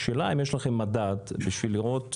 השאלה אם יש לכם מדד כדי לראות את